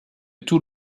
tout